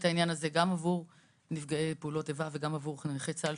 העניין הזה גם עבור נפגעי פעולות איבה וגם עבור נכי צה"ל,